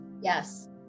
Yes